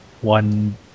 one